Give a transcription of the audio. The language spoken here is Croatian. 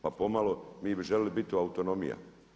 Pa pomalo vi bi željeli biti autonomija.